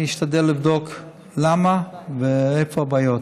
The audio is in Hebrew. אני אשתדל לבדוק למה ואיפה הבעיות.